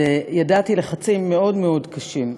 וידעתי לחצים מאוד מאוד קשים,